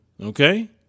Okay